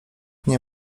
nie